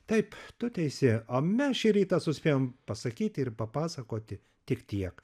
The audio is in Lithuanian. taip tu teisi o mes šį rytą suspėjom pasakyti ir papasakoti tik tiek